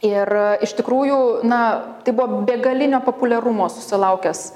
ir iš tikrųjų na tai buvo begalinio populiarumo susilaukęs